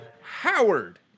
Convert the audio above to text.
Howard